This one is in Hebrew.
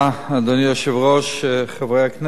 אדוני היושב-ראש, חברי הכנסת,